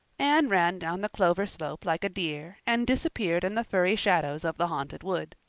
anne ran down the clover slope like a deer, and disappeared in the firry shadows of the haunted wood.